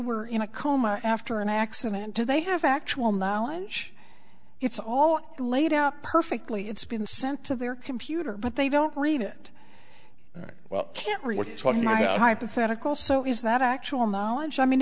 were in a coma after an accident to they have actual knowledge it's all laid out perfectly it's been sent to their computer but they don't read it well can't read what it's what my hypothetical so is that actual knowledge i mean